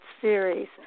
series